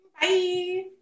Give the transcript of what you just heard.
Bye